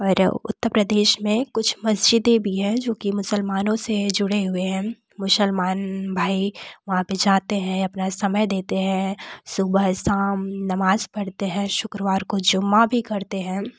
और उत्तर प्रदेश में कुछ मस्जिदें भी हैं जो कि मुसलमानों से जुड़े हुए हैं मुसलमान भाई वहाँ पर जाते हैं अपना समय देते हैं सुबह शाम नमाज़ पढ़ते हैं शुक्रवार को जुम्मा भी करते हैं